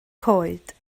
coed